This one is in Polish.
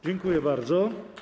Dziękuję bardzo.